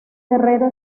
guerrero